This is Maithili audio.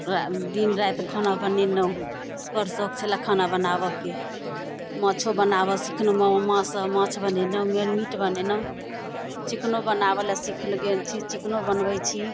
दिन राति खाना बनेनहुँ बड़ सौख छलै खाना बनाबऽके माछो बनाबऽ सिखनहुँ माँसँ माछ बनेनहुँ मीट बनेनहुँ चिकनो बनाबऽ लए सीख गेल छी चिकनो बनबै छी